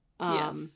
yes